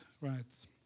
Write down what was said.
rights